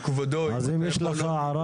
אז אם יש לך הערה,